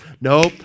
Nope